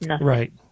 Right